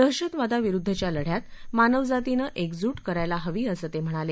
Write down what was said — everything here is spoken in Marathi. दहशतवादाविरुद्धच्या लढ्यात मानवजातीनं एकजूट करायला हवी असं ते म्हणाले